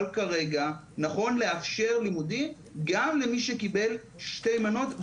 אבל כרגע נכון לאפשר לימודים גם למי שקיבל שתי מנות.